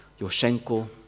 Yoshenko